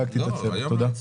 תודה.